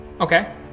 Okay